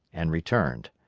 and returned.